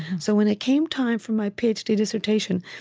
so when it came time for my ph d. dissertation,